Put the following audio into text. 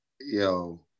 Yo